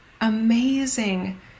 Amazing